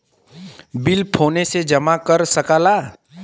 bill फोने से जमा कर सकला